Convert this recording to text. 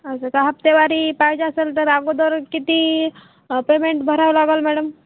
असं का हप्तेवारी पाहिजे असेल तर अगोदर किती पेमेंट भरावं लागेल मॅडम